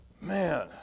Man